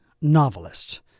novelist